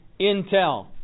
Intel